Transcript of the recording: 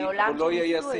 אבל הוא לא יהיה ישים.